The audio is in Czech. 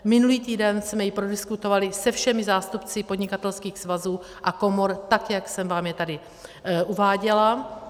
Minulý týden jsme ji prodiskutovali se všemi zástupci podnikatelských svazů a komor, tak jak jsem vám je tady uváděla.